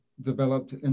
developed